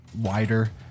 wider